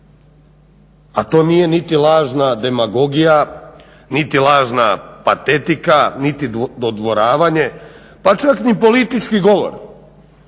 a to nije niti lažna demagogija, niti lažna patetika niti dodvoravanje pa čak niti politički govor.